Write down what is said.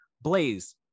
Blaze